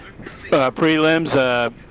prelims